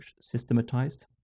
systematized